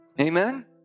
Amen